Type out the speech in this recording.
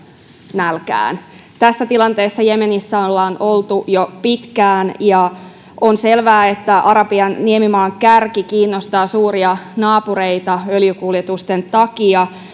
nälkään tässä tilanteessa jemenissä ollaan oltu jo pitkään ja on selvää että arabian niemimaan kärki kiinnostaa suuria naapureita öljykuljetusten takia